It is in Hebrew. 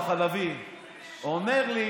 הוא מפריע לי.